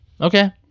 Okay